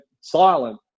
silent